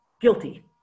Guilty